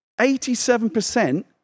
87%